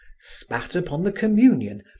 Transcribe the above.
spat upon the communion,